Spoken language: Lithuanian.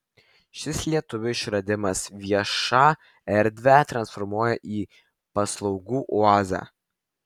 šis lietuvio išradimas viešą erdvę transformuoja į paslaugų oazę